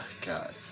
God